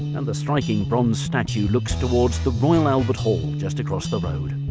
and the striking bronze statue looks towards the royal albert hall just across the road.